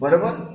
बरोबर